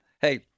Hey